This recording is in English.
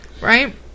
Right